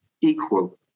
equal